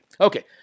Okay